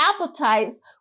appetites